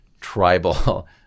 tribal